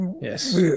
yes